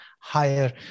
higher